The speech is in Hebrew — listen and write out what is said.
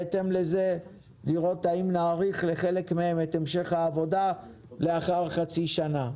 בהתאם לזה נראה האם נאריך לחלק מהן את המשך העבודה לאחר חצי השנה.